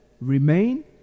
remain